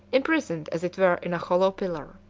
imprisoned as it were in a hollow pillar.